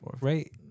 Right